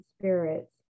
spirits